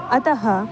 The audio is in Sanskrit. अतः